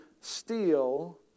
steal